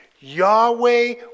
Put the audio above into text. Yahweh